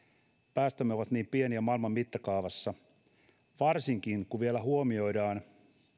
päästömme ovat niin pieniä maailman mittakaavassa varsinkin kun vielä huomioidaan